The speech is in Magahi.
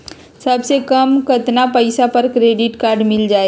सबसे कम कतना पैसा पर क्रेडिट काड मिल जाई?